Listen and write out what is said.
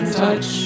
touch